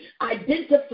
Identify